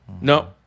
No